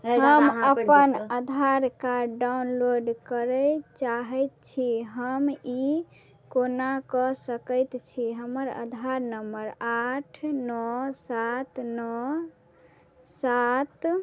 हम अपन Aadhaar card download करै चाहै छी हम ई कोना कऽ सकै छी हमर आधार नम्बर आठ नओ सात नओ सात